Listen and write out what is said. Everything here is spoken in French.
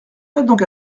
donc